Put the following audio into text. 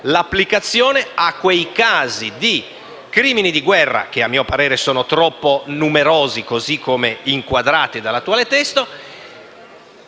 l'applicazione della norma nel caso dei crimini di guerra - che a mio parere sono troppo numerosi così come inquadrati nell'attuale testo